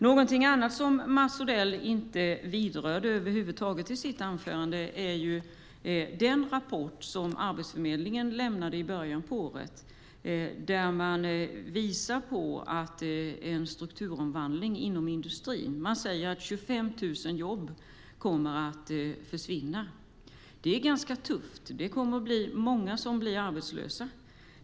Något som Mats Odell över huvud taget inte vidrörde i sitt anförande är den rapport som Arbetsförmedlingen lämnade i början av året där man visar på en strukturomvandling inom industrin. Man säger att 25 000 jobb kommer att försvinna. Det är ganska tufft. Många kommer att bli arbetslösa.